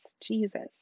Jesus